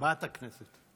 בהשבעת הכנסת.